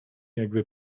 jakby